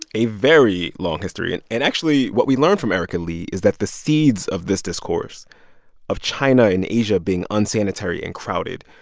a very long history. and and actually, what we learned from erika lee is that the seeds of this discourse of china and asia being unsanitary and crowded,